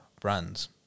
brands